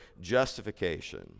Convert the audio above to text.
justification